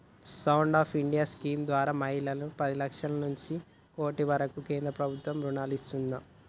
stand up India scheme ద్వారా మహిళలకు పది లక్షల నుంచి కోటి వరకు కేంద్ర ప్రభుత్వం రుణాలను ఇస్తున్నాది